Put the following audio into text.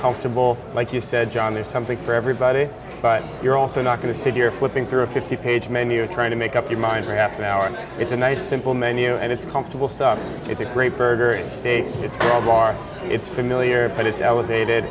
comfortable like you said john there's something for everybody but you're also not going to sit here flipping through a fifty page menu trying to make up your mind for half an hour and it's a nice simple menu and it's comfortable stuff it's a great burger and states it's called bar it's familiar but it's elevated